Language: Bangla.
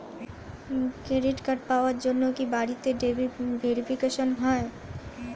ক্রেডিট কার্ড পাওয়ার জন্য কি বাড়িতে ভেরিফিকেশন হয়?